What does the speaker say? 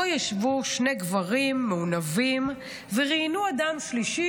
שישבו שני גברים מעונבים וראיינו אדם שלישי